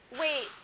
Wait